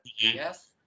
Yes